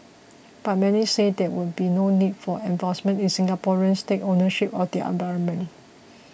but many said there would be no need for enforcement if Singaporeans take ownership of their environment